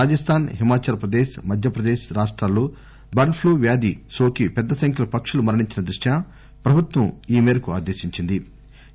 రాజస్థాన్ హిమాచల్ ప్రదేశ్ మధ్య ప్రదేశ్ రాష్టాల్లో bird flu వ్యాధి నోకి పెద్ద సంఖ్యలో పక్షులు మరణించిన దృష్ట్యా ప్రభుత్వం ఈ మేరకు ఆదేశించింది